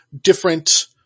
different